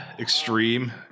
extreme